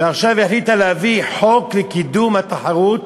ועכשיו החליטה להביא חוק לקידום התחרות